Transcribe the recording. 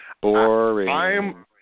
Boring